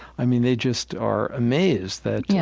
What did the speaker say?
i mean, they just are amazed that yeah